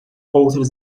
outras